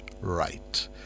right